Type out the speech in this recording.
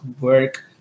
work